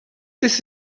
this